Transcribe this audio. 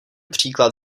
příklad